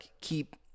keep